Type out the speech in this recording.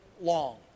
long